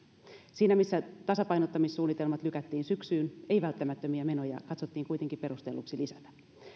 siinä missä tasapainottamissuunnitelmat lykättiin syksyyn ei välttämättömiä menoja katsottiin kuitenkin perustelluksi lisätä